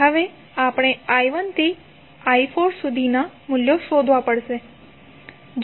હવે આપણે i1 થી i4 સુધીના મૂલ્યો શોધવા પડશે